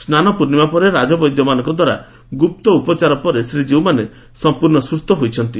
ସ୍ନାନପୂର୍ଶ୍ୱିମା ପରେ ରାଜବୈଦ୍ୟମାନଙ୍କ ଦ୍ୱାରା ଗୁପ୍ତ ଉପଚାର ପରେ ଶ୍ରୀଜୀଉମାନେ ସଂପୂର୍ଶ୍ଡ ସୁସ୍ ହୋଇଛନ୍ତି